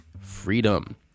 freedom